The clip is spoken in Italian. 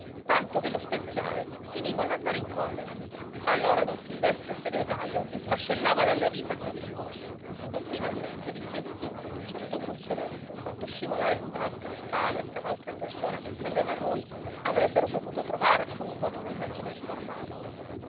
tanto che lo speziale finì coll'andare in collera allora don silvestro il segretario si smascellava dalle risa a quei discorsi e finalmente disse lui che con un certo gruzzoletto fatto scivolare in tasca a tale e tal altra persona che sapeva lui avrebbero saputo trovare a suo nipote un difetto da riformarlo